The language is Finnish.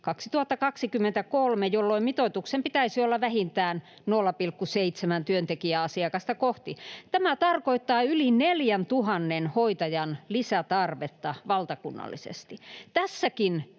2023, jolloin mitoituksen pitäisi olla vähintään 0,7 työntekijää asiakasta kohti. Tämä tarkoittaa yli 4 000 hoitajan lisätarvetta valtakunnallisesti. Tässäkin